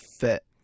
fit